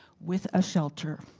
with a shelter.